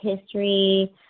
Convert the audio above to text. history